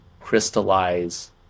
crystallize